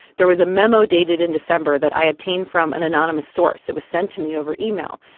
there was a memo dated in december that i obtained from an anonymous source. it was sent to me over email.